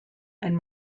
and